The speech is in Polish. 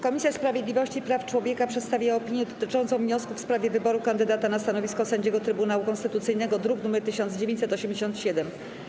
Komisja Sprawiedliwości i Praw Człowieka przedstawiła opinię dotyczącą wniosku w sprawie wyboru kandydata na stanowisko sędziego Trybunału Konstytucyjnego, druk nr 1987.